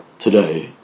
today